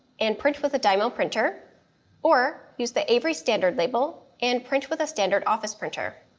and print with a dymo printer or use the avery standard label and print with a standard office printer.